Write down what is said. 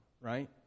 right